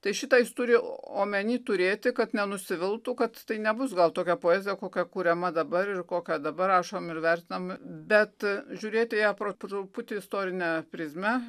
tai šitą jis turi omeny turėti kad nenusiviltų kad tai nebus gal tokia poezija kokia kuriama dabar ir kokią dabar rašom ir vertinam bet žiūrėti į ją pro truputį istorinę prizmę